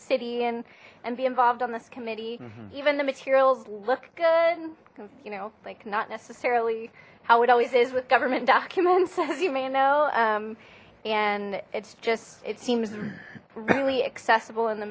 and and be involved on this committee even the materials look good you know like not necessarily how it always is with government documents as you may know and it's just it seems really accessible in the